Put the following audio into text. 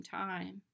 time